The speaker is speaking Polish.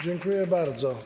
Dziękuję bardzo.